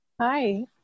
Hi